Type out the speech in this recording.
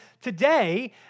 today